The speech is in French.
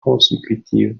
consécutives